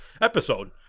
episode